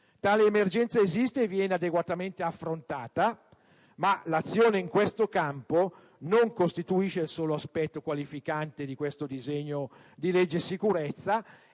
Tale emergenza esiste e viene adeguatamente affrontata, ma l'azione in questo campo non costituisce solo l'aspetto qualificante di questo disegno di legge sicurezza,